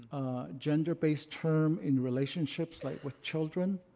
gender-based term in relationships, like with children.